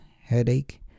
headache